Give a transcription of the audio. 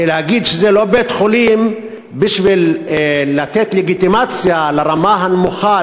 להגיד שזה לא בית-חולים בשביל לתת לגיטימציה לרמה הנמוכה,